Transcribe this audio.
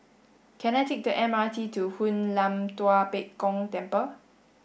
can I take the M R T to Hoon Lam Tua Pek Kong Temple